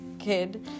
Kid